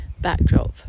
backdrop